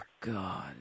God